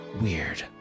Weird